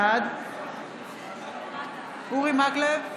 בעד אורי מקלב,